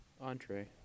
entree